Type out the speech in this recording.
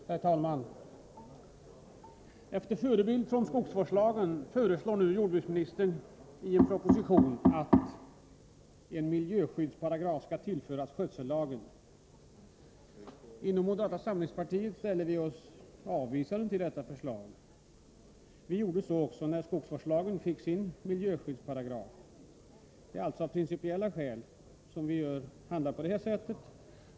Herr talman! Efter förebild från skogsvårdslagen föreslår nu jordbruksministern i en proposition att en miljöskyddsparagraf skall tillföras skötsellagen. Inom moderata samlingspartiet ställer vi oss avvisande till detta förslag. Vi gjorde så också när skogsvårdslagen fick sin miljöskyddsparagraf. Det är alltså av principiella skäl vi handlar på detta sätt.